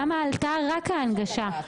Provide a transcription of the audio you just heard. כמה עלתה רק ההנגשה?